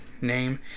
name